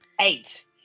Eight